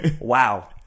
Wow